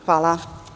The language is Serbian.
Hvala.